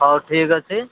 ହଉ ଠିକ୍ ଅଛି